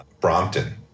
Brompton